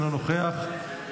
אינו נוכח,